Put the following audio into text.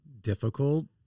difficult